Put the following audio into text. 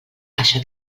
això